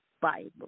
Bible